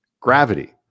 gravity